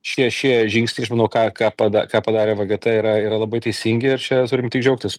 šeši žingsniai aš manau ką ką pada ką padarė vgt yra yra labai teisingi ir čia turim tik džiaugtis